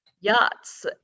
yachts